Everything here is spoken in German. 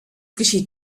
geschieht